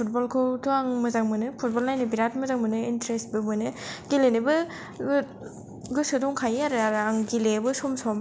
football खौथ आं मोजां मोनो पुटबल नायनो बेराद मोजां मोनो इन्ट्रेसबो मोनो गेलेनोबो गोसो दंखायो आरो आं गेलेयोबो सम सम